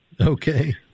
Okay